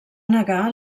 negar